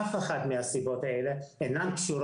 אף אחת מן הסיבות הללו אינה קשורה